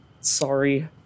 Sorry